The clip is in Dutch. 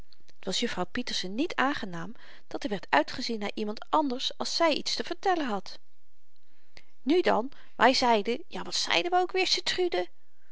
t was jufvrouw pieterse niet aangenaam dat er werd uitgezien naar iemand anders als zy iets te vertellen had nu dan wy zeiden ja wat zeiden we ook